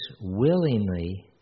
willingly